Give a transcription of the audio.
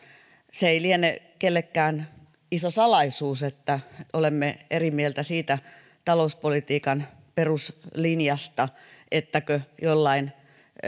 se ei liene kenellekään iso salaisuus että olemme eri mieltä siitä talouspolitiikan peruslinjasta ettäkö joillain